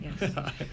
yes